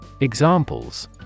Examples